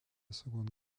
seconde